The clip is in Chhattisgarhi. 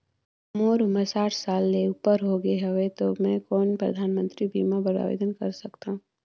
मोर उमर साठ साल ले उपर हो गे हवय त कौन मैं परधानमंतरी बीमा बर आवेदन कर सकथव?